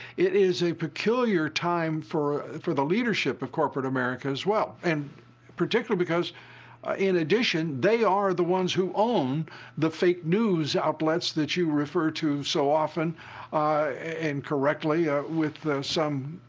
it is a peculiar time for for the leadership of corporate america as well. and particularly because in addition they are the ones who own the fake news outlets that you refer to so often and correctly ah with some